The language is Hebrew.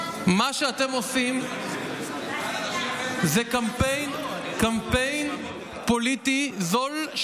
מה שאתם עושים זה קמפיין פוליטי זול,